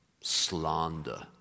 slander